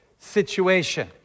situation